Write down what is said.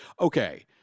Okay